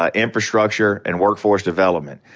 ah infrastructure and workforce development.